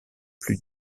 plus